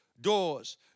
doors